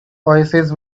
oasis